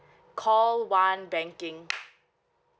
call one banking